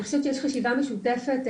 פשוט יש חשיבה משותפת,